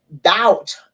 doubt